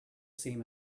same